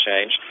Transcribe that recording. change